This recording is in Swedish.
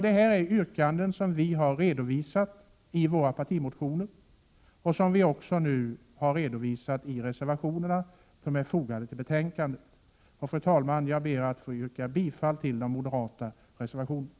Detta är yrkanden som vi har redovisat i våra partimotioner och också i de reservationer som är fogade till betänkandet. Fru talman! Jag ber att få yrka bifall till de moderata reservationerna.